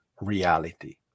reality